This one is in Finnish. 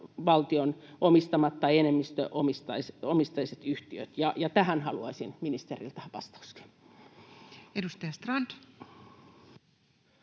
valtion omistamat tai enemmistöomisteiset yhtiöt. Tähän haluaisin ministeriltä vastauksen.